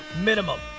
Minimum